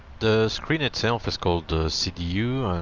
the screen itself is called the cdu and